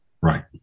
Right